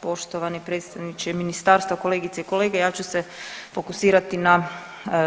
Poštovani predstavniče ministarstva, kolegice i kolege ja ću se fokusirati na